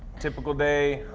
typical day,